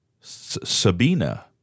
Sabina